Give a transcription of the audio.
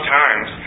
times